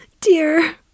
Dear